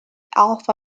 alpha